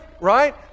right